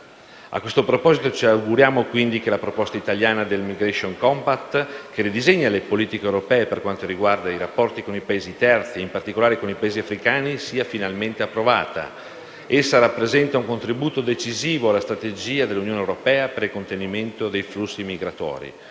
A questo proposito ci auguriamo, quindi, che la proposta italiana sul *migration compact,* che ridisegna le politiche europee per quanto riguarda i rapporti con i Paesi terzi e, in particolare, con i Paesi africani, sia finalmente approvata. Essa rappresenta un contributo decisivo alla strategia dell'Unione europea per il contenimento dei flussi migratori.